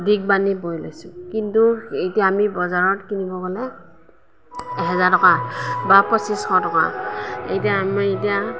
দীঘ বাণি বৈ লৈছোঁ কিন্তু এতিয়া আমি বজাৰত কিনিব গ'লে এহেজাৰ টকা বা পঁচিছশ এটা এতিয়া আমি এতিয়া